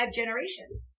generations